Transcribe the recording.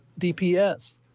DPS